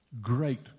great